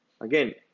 Again